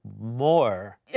more